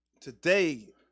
Today